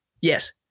Yes